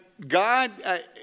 God